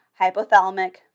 hypothalamic